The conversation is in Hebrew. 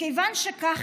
מכיוון שכך,